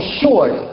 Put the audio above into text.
short